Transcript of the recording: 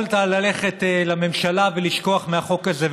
יכולת ללכת לממשלה ולשכוח מהחוק הזה,